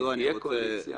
אם תהיה קואליציה.